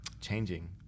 changing